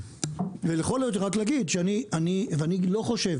לכל היותר רק להגיד, ואני לא חושב